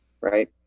right